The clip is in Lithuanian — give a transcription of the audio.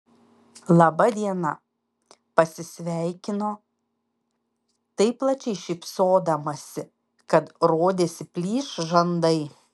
laba diena pasisveikino taip plačiai šypsodamasi kad rodėsi plyš žandai